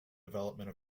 development